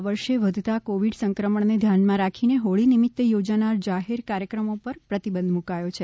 આ વર્ષે વધતાં કોવિડ સંક્રમણને ધ્યાનમાં રાખીને હોળી નિમિત્તે યોજાનાર જાહેર કાર્યક્રમો ઉપર પ્રતિબંધ મુકાયો છે